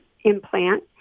implant